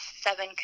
seven